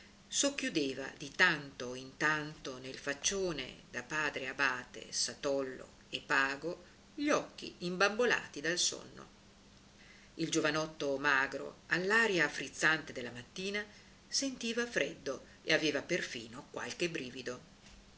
notte socchiudeva di tanto in tanto nel faccione da padre abate satollo e pago gli occhi imbambolati dal sonno il giovanotto magro all'aria frizzante della mattina sentiva freddo e aveva perfino qualche brivido